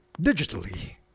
digitally